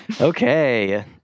Okay